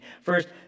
First